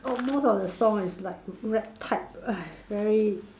almost of the song is like rap type very